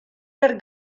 per